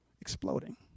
Exploding